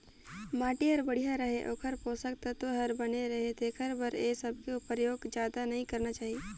माटी हर बड़िया रहें, ओखर पोसक तत्व हर बने रहे तेखर बर ए सबके परयोग जादा नई करना चाही